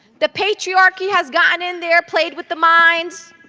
the patriarchy has gotten in there, played with the minds.